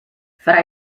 fra